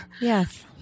Yes